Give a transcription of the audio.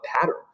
pattern